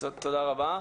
תודה רבה.